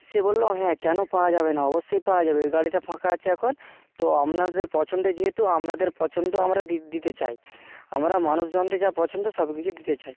সে বলল হ্যাঁ কেন পাওয়া যাবে না অবশ্যই পাওয়া যাবে ওই গাড়িটা ফাঁকা আছে এখন তো আপনাদের পছন্দ যেহেতু আপনাদের পছন্দ আমরা দি দিতে চাই আমরা মানুষজনদের যা পছন্দ সব কিছু দিতে চাই